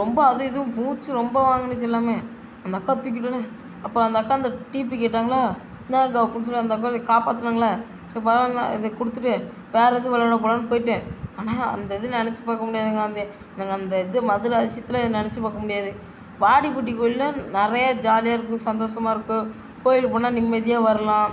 ரொம்ப அதுவும் இதுவும் மூச்சு ரொம்ப வாங்குணுச்சு எல்லாமே அந்த அக்கா தூக்கிவிட்டேன்னே அப்புறம் அந்த அக்கா அந்த டீப்பு கேட்டாங்களா இந்தாங்க அக்கா கொடுத்துட்டு அந்த அக்கா என்னையை காப்பாத்துனாங்கள்ல சரி பரவாயில்லன்னு அது கொடுத்துட்டு வேற இது விளாட போகலான்னு போய்ட்டேன் ஆனால் அந்த இது நினச்சு பார்க்க முடியாதுங்க அந்த எனக்கு அந்த இது மதுரை அதிசயத்தில் நினச்சி பார்க்க முடியாது வாடிப்பட்டி கோயில்ல நிறையா ஜாலியாக இருக்கும் சந்தோசமாக இருக்கும் கோயிலுக்குப் போனால் நிம்மதியாக வரலாம்